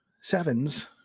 sevens